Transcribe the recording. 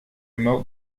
remote